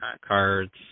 Cards